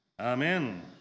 Amen